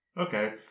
Okay